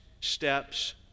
steps